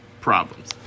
problems